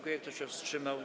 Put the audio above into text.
Kto się wstrzymał?